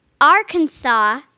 Arkansas